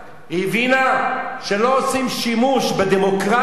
היא הבינה שלא עושים שימוש בדמוקרטיה,